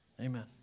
Amen